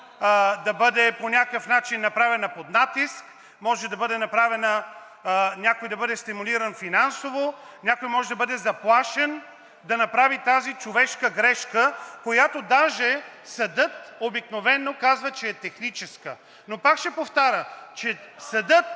да бъде по някакъв начин направена под натиск, може някой да бъде стимулиран финансово, някой може да бъде заплашен да направи тази човешка грешка, която даже съдът обикновено казва, че е техническа. Пак ще повторя, че съдът